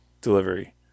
delivery